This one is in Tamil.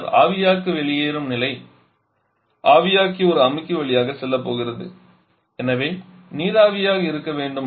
பின்னர் ஆவியாக்கி வெளியேறும் நிலை ஆவியாக்கி ஒரு அமுக்கி வழியாக செல்லப் போகிறது எனவே நீராவியாக இருக்க வேண்டும்